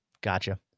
Gotcha